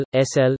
SL